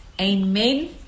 Amen